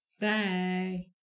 Bye